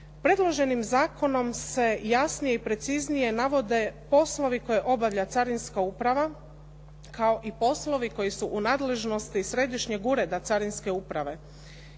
Predloženim zakonom se jasnije i preciznije navode poslovi koje navodi carinska uprava kao i poslovi koji su u nadležnosti Središnjeg ureda carinske uprave.